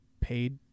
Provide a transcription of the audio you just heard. paid